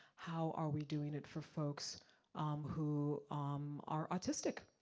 how are we doing it for folks who um are autistic?